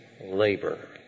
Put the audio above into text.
labor